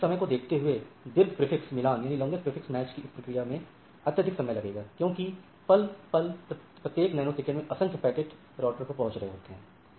और रैखिक समय को देखते हुए दीर्घ प्रीफिक्स मिलान की इस प्रक्रिया में अत्यधिक समय लगेगा क्योंकि पल प्रति पल प्रत्येक नैनो सेकंड में असंख्य पैकेट राउटर पर पहुंच रहे होते हैं